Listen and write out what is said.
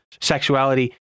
sexuality